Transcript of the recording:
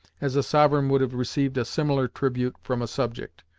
as a sovereign would have received a similar tribute from a subject,